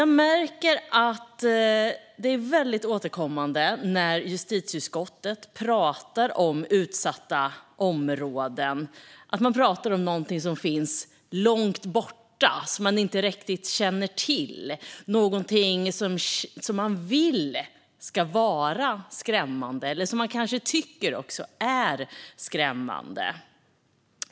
Jag märker att det är väldigt återkommande när justitieutskottet talar om utsatta områden att man talar om någonting som finns långt borta som man inte riktigt känner till. Det är någonting som man vill ska vara skrämmande, eller som man kanske också tycker är skrämmande.